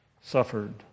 suffered